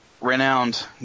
renowned